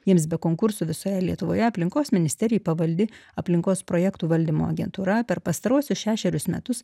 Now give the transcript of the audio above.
jiems be konkursų visoje lietuvoje aplinkos ministerijai pavaldi aplinkos projektų valdymo agentūra per pastaruosius šešerius metus